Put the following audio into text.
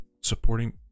supporting